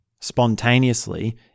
spontaneously